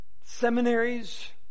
Seminaries